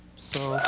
so